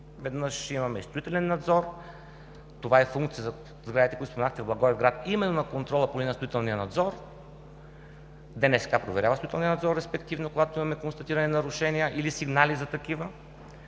веднъж имаме строителен надзор, това е функция за сградите, които споменахте в Благоевград, именно на контрол по линия на строителния надзор. ДНСК проверява строителния надзор респективно, когато имаме констатирани нарушения или сигнали за такива,